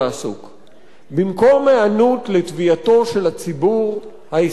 במקום היענות לתביעתו של הציבור הישראלי הרחב,